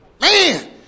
Man